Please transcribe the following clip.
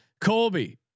Colby